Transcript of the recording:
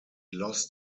lost